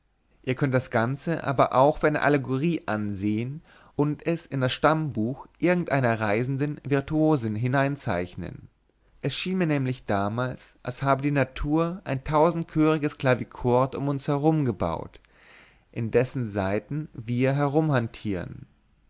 ihr könnet das ganze aber auch für eine allegorie ansehen und es in das stammbuch irgend einer reisenden virtuosin hineinzeichnen es schien mir nämlich damals als habe die natur ein tausendchörigtes klavichord um uns herum gebaut in dessen saiten wir